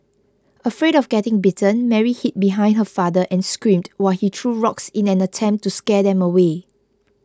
afraid of getting bitten Mary hid behind her father and screamed while he threw rocks in an attempt to scare them away